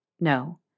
No